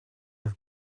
have